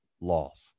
loss